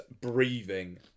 breathing